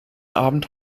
abend